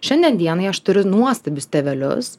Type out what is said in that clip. šiandien dienai aš turiu nuostabius tėvelius